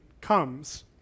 comes